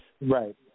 Right